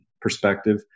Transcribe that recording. perspective